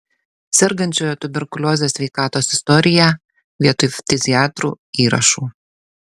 sergančiojo tuberkulioze sveikatos istoriją vietoj ftiziatrų įrašų